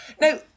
Now